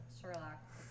Sherlock